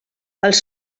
els